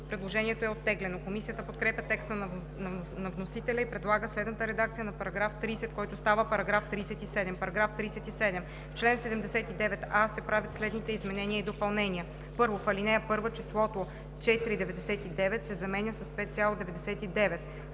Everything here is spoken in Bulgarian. Предложението е оттеглено. Комисията подкрепя текста на вносителя и предлага следната редакция на § 30, който става § 37: „§ 37. В чл. 79а се правят следните изменения и допълнения: 1. В ал. 1 числото „4,99“ се заменя с „5,99“.